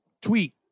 tweet